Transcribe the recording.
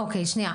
אוקי, שנייה.